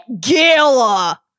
Gala